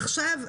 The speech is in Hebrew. עכשיו,